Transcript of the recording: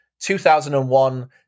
2001